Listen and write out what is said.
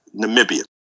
Namibia